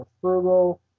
frugal